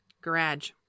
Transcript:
Garage